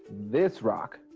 this rock.